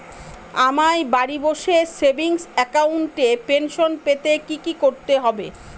আমায় বাড়ি বসে সেভিংস অ্যাকাউন্টে পেনশন পেতে কি কি করতে হবে?